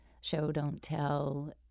show-don't-tell